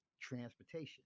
transportation